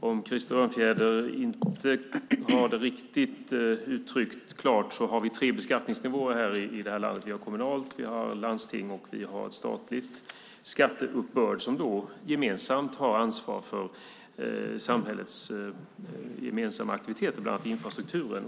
Om Krister Örnfjäder inte har uttryckt det riktigt klart har vi alltså tre beskattningsnivåer i landet, nämligen kommunal, landstingskommunal och statlig skatteuppbörd, som har ansvar för samhällets gemensamma aktiviteter, bland annat infrastrukturen.